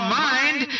mind